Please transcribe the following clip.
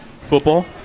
Football